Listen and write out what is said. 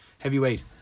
heavyweight